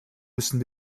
müssen